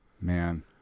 Man